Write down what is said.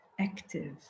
active